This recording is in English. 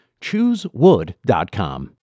Choosewood.com